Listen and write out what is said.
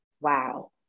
wow